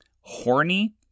horny